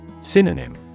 Synonym